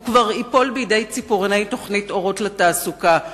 הוא כבר ייפול בידי ציפורני תוכנית "אורות לתעסוקה",